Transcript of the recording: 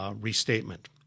restatement